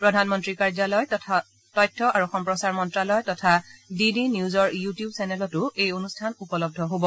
প্ৰধানমন্ত্ৰীৰ কাৰ্যালয় তথ্য আৰু সম্প্ৰচাৰ মন্ত্ৰালয় তথা ডি ডি নিউজৰ ইউটিউব চেনেলতো এই অনুষ্ঠান উপলব্ধ হ'ব